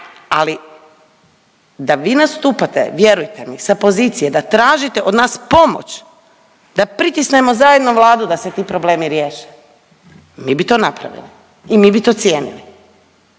ali da vi nastupate, vjerujte mi, sa pozicije da tražite od nas pomoć da pritisnemo zajedno Vladu da se ti problemi riješe mi bi to napravili i mi bi to cijenili.